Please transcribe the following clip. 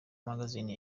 magazine